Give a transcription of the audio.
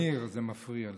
קושניר, זה מפריע לנו.